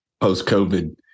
post-COVID